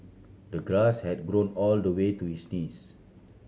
the grass had grown all the way to his knees